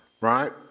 right